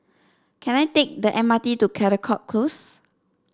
can I take the M R T to Caldecott Close